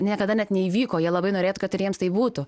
niekada net neįvyko jie labai norėtų kad ir jiems taip būtų